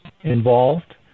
involved